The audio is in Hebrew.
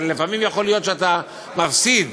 לפעמים יכול להיות שאתה תפסיד.